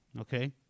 okay